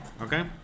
Okay